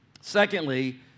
Secondly